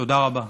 תודה רבה.